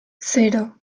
zero